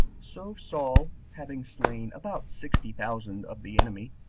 so saul, having slain about sixty thousand of the enemy,